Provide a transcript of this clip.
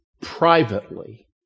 privately